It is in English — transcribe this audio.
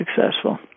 successful